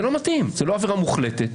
זה לא עבירה מוחלטת.